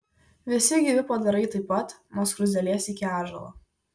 visi gyvi padarai taip pat nuo skruzdėlės iki ąžuolo